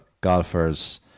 golfers